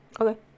okay